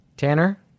Tanner